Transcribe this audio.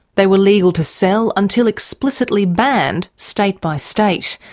they were legal to sell until explicitly banned state by state.